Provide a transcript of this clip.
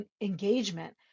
engagement